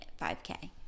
5K